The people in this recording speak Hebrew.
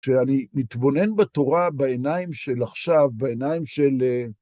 כשאני מתבונן בתורה בעיניים של עכשיו, בעיניים של...